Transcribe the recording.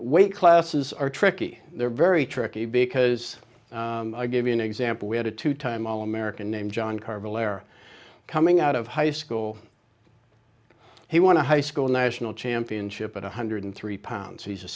weight classes are tricky they're very tricky because i give you an example we had a two time all american named john carr belair coming out of high school he want to high school national championship at one hundred three pounds he's a